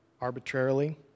arbitrarily